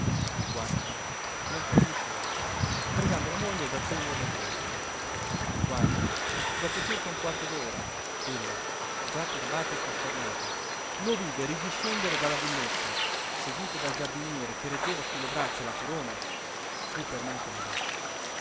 villetta comunale qua smontò lui solo pregando la moglie d'attenderlo un poco quando dopo circa un quarto d'ora ella già turbata e costernata lo vide ridiscendere dalla villetta seguito dal giardiniere che reggeva su le braccia la corona fu per mancare